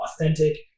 authentic